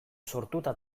sortuta